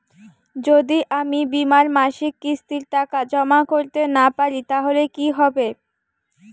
যদি আমি বীমার মাসিক কিস্তির টাকা জমা করতে না পারি তাহলে কি হবে?